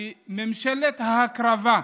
היא ממשלת ההקרבה.